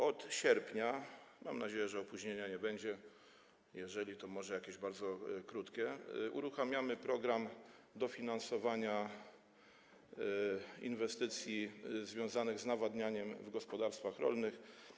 Od sierpnia - mam nadzieję, że opóźnienia nie będzie, a jeżeli wystąpi, to może w bardzo krótkim czasie - uruchamiamy program dofinansowania inwestycji związanych z nawadnianiem w gospodarstwach rolnych.